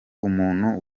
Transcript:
umuntu